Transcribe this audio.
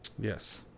Yes